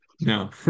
No